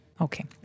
Okay